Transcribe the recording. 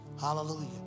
Hallelujah